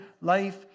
life